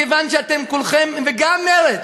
מכיוון שכולכם, וגם מרצ.